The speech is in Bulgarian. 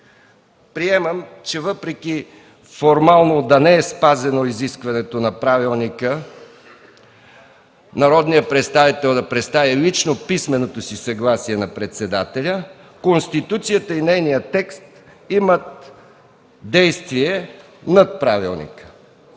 приемам, че въпреки формално да не е спазено изискването на правилника – народният представител да представи лично писменото си съгласие на председателя, Конституцията и нейният текст имат действие на правилника.